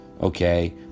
Okay